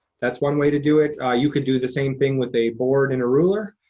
that's one way to do it. you can do the same thing with a board and a ruler,